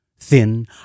Thin